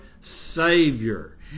Savior